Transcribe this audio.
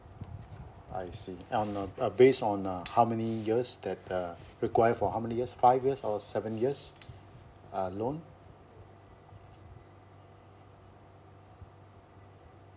I see I'm a uh based on uh how many years that uh required for how many years five years or seven years uh loan